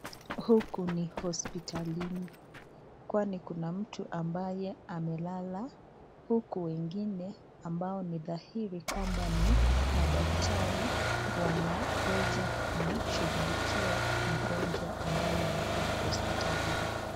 Huku ni hospitalini, kwani kuna mtu ambaye amelala huku wengine ambao ni dhahiri kua ni madatari wanaweza kushughulika mgonjwa ambaye amekuja hospitalini.